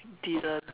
Dylan